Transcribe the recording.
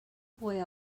boy